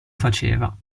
faceva